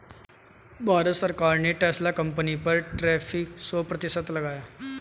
भारत सरकार ने Tesla company पर टैरिफ सो प्रतिशत लगाया